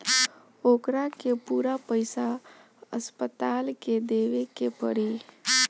ओकरा के पूरा पईसा अस्पताल के देवे के पड़ी